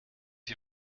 die